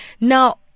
Now